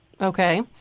Okay